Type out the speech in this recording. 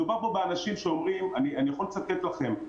מדובר פה באנשים שאומרים אני יכול לצטט לכם.